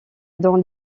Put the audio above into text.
dans